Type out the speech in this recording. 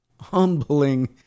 humbling